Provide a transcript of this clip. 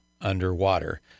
underwater